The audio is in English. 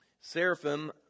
Seraphim